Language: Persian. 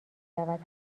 رود